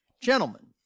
gentlemen